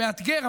מאתגר,